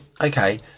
Okay